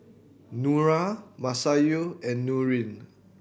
Nura Masayu and Nurin